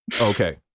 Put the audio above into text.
Okay